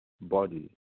body